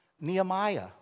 Nehemiah